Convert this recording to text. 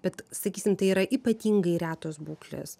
bet sakysim tai yra ypatingai retos būklės